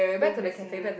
two facing left